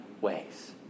ways